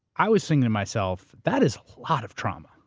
i was thinking to myself, that is a lot of trauma.